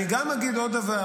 אני גם אגיד עוד דבר: